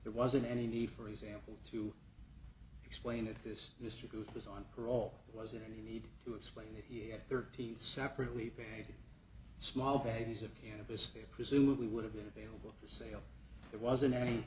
there wasn't any need for example to explain that this district was on parole was it you need to explain it here thirty separately small bags of cannabis presumably would have been available for sale there wasn't any